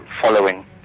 following